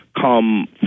come